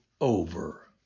over